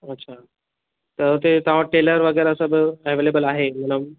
अच्छा त हुते तव्हां वटि टेलर वग़ैरह सभु एवलेबल आहे मतिलबु